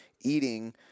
eating